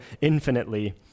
infinitely